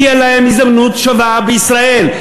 תהיה להם הזדמנות שווה בישראל.